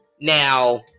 now